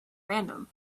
random